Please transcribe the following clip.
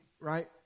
right